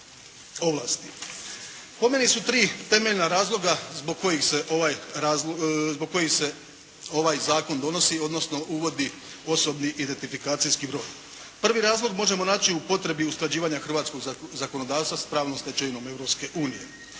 meni su tri temeljna razloga zbog kojih se ovaj zakon donosi, odnosno uvodi osobni identifikacijski broj. Prvi razlog možemo naći u potrebi usklađivanja hrvatskog zakonodavstva s pravnom stečevinom